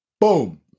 Boom